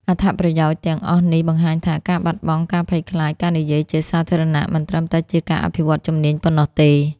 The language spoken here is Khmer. អត្ថប្រយោជន៍ទាំងអស់នេះបង្ហាញថា ការបំបាត់ការភ័យខ្លាចការនិយាយជាសាធារណៈ មិនត្រឹមតែជាការអភិវឌ្ឍជំនាញប៉ុណ្ណោះទេ។